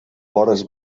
vores